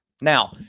Now